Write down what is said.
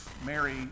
Mary